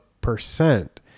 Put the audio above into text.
percent